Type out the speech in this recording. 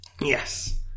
Yes